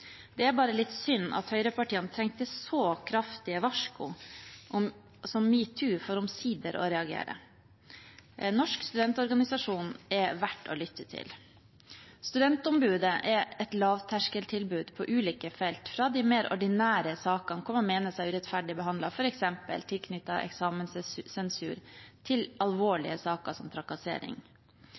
Det er bare litt synd at høyrepartiene trengte så kraftige varsko som metoo for omsider å reagere. Norsk studentorganisasjon er verdt å lytte til. Studentombudet er et lavterskeltilbud på ulike felt – fra de mer ordinære sakene der noen mener seg urettferdig behandlet, f.eks. i tilknytning til eksamenssensur, til alvorlige saker som trakassering.